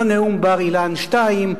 לא נאום בר אילן 2,